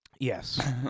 Yes